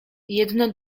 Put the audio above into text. jedno